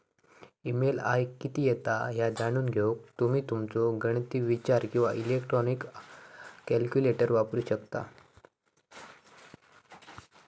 EMI किती येता ह्या जाणून घेऊक तुम्ही तुमचो गणिती विचार किंवा इलेक्ट्रॉनिक कॅल्क्युलेटर वापरू शकता